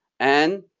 and,